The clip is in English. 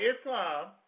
Islam